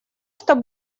что